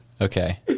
Okay